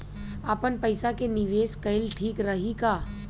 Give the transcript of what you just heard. आपनपईसा के निवेस कईल ठीक रही का?